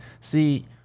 See